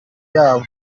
yabo